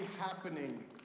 happening